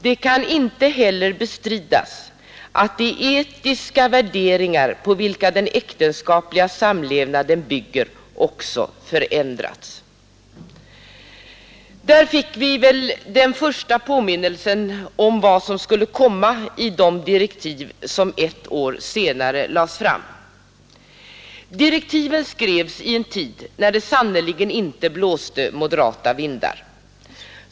Det kan inte heller bestridas att de etiska värderingar på vilka den äktenskapliga samlevnaden bygger också Där fick vi den första påminnelsen om vad som skulle komma i de direktiv som ett år senare lades fram. Direktiven skrevs i en tid när det sannerligen inte blåsta moderata vindar.